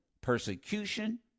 persecution